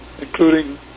including